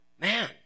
man